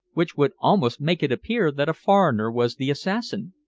which would almost make it appear that a foreigner was the assassin.